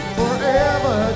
forever